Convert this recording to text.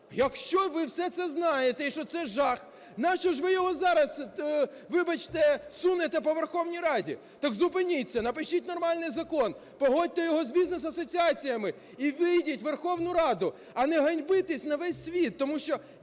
Якщо ви все це знаєте і що це жах, нащо ж ви його зараз, вибачте, сунете по Верховній Раді? Так зупиніться, напишіть нормальний закон, погодьте його з бізнес-асоціаціями і вийдіть в Верховну Раду, а не ганьбіться на весь світ, тому що,